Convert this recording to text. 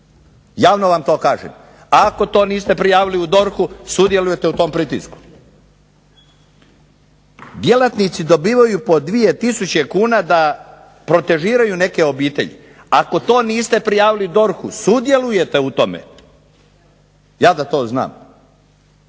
javno vam to kažem. Ako to niste prijavili u DORH-u sudjelujete u tom pritisku. Djelatnici dobivaju po 2000 kuna da protežiraju neke obitelji. Ako to niste prijavili DORH-u sudjelujete u tome. Ja da to znam